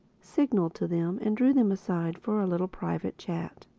signaled to them and drew them aside for a little private chat.